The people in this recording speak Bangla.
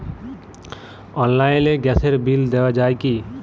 অনলাইনে গ্যাসের বিল দেওয়া যায় কি?